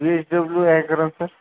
बी S W आहे का sir